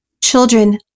Children